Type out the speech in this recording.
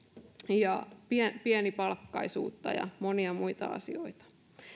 ja pienipalkkaisuutta ja monia muita asioita